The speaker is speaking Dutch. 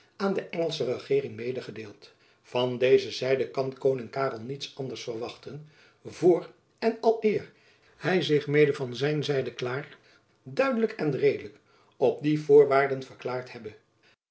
aan de engelsche regeering medegedeeld van deze zijde kan koning karel niets naders verwachten voor en aleer hy zich mede van zijne zijde klaar duidelijk en redelijk op die voorwaarden verklaard hebbe